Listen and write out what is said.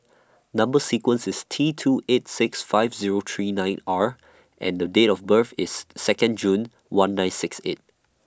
Number sequence IS T two eight six five Zero three nine R and Date of birth IS Second June one nine six eight